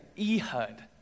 Ehud